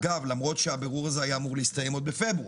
אגב למרות שהבירור הזה היה אמור להסתיים בפברואר.